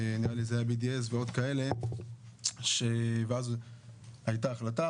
נראה לי שזה היה BDS ועוד כאלה ואז הייתה החלטה,